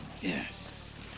Yes